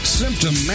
symptom